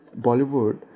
Bollywood